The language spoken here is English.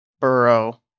Burrow